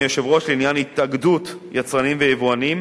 אדוני היושב-ראש, לעניין התאגדות יצרנים ויבואנים: